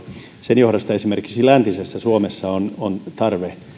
sen johdosta esimerkiksi läntisessä suomessa on on